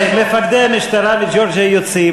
מפקדי המשטרה מג'ורג'יה יוצאים,